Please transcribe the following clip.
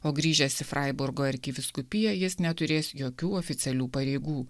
o grįžęs į freiburgo arkivyskupiją jis neturės jokių oficialių pareigų